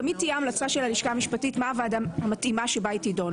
תמיד תהיה המלצה של הלשכה המשפטית מה הוועדה המתאימה שבה היא תידון,